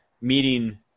meeting